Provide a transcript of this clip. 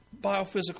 biophysical